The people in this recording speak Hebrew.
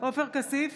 עופר כסיף,